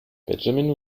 benjamin